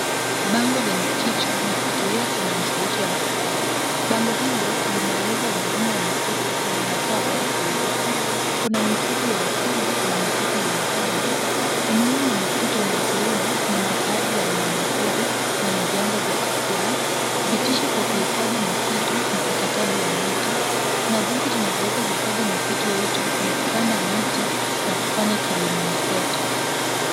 Bango lenye kichwa, misitu yetu maisha yetu ya baadaye, bango hili linaeleza umuhimu wa misitu na linatoa habari kuihusu, kuna misitu ya asili na misitu iliyopandwa. Umuhimu wa misitu ni ikiwemo ni makazi ya wanyama pori na vyanzo vya chakula, vitisho kwa kuhifadhi misitu ni ukataji wa miti na jinsi tunavyoweza kuhifadhi misitu yetu ni kupanda miti na kufanya kilimo mseto.